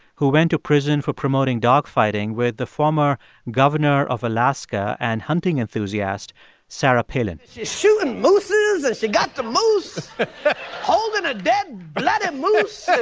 who went to prison for promoting dogfighting, with the former governor of alaska and hunting enthusiast sarah palin and she's shooting mooses. and she got the moose holding a dead, bloody moose so